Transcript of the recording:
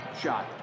shot